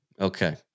okay